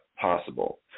possible